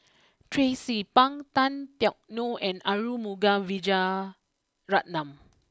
Tracie Pang Tan Teck Neo and Arumugam Vijiaratnam